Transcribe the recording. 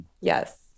Yes